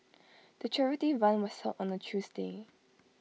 the charity run was held on A Tuesday